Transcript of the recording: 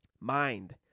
Mind